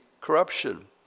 corruption